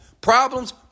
Problems